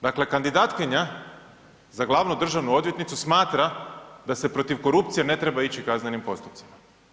Dakle, kandidatkinja za glavnu državnu odvjetnicu smatra da se protiv korupcije ne treba ići kaznenim postupcima.